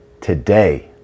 today